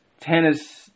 tennis